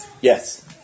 Yes